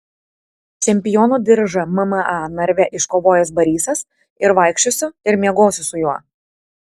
čempiono diržą mma narve iškovojęs barysas ir vaikščiosiu ir miegosiu su juo